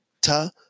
ta